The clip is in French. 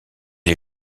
est